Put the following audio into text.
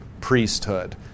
priesthood